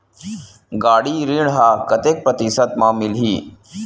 गाड़ी ऋण ह कतेक प्रतिशत म मिलही?